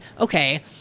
okay